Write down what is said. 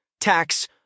tax